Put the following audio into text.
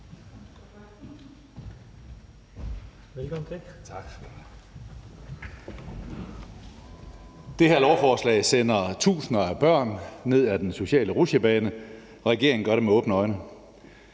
(SF): Tak. Det her lovforslag sender tusinder af børn ned ad den sociale rutsjebane. Regeringen gør det med åbne øjne.